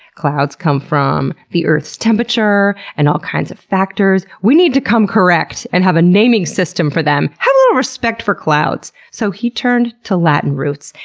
clouds come from the earth's temperature and all kinds of factors. we need to come correct and have a naming system for them. have a little respect for clouds! so he turned to latin roots,